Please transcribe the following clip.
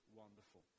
wonderful